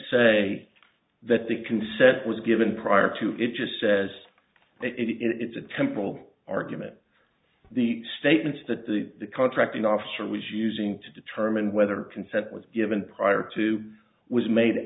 say that the consent was given prior to it just says it's a temporal argument the statements that the contracting officer was using to determine whether consent was given prior to was made